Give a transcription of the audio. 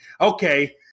Okay